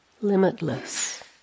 limitless